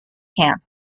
camp